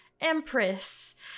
Empress